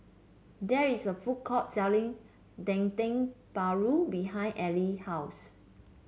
there is a food court selling Dendeng Paru behind Allean house